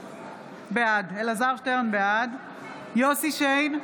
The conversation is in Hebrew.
בעד יוסף שיין,